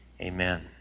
Amen